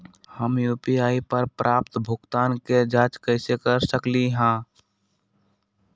हम यू.पी.आई पर प्राप्त भुगतान के जाँच कैसे कर सकली ह?